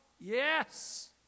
Yes